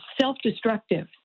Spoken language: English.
self-destructive